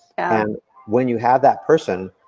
and when you have that person,